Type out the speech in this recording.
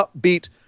upbeat